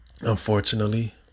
unfortunately